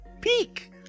peak